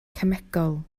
cemegol